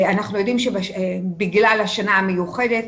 אנחנו יודעים שבגלל השנה המיוחדת,